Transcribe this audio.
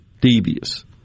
devious